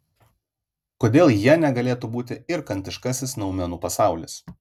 kodėl ja negalėtų būti ir kantiškasis noumenų pasaulis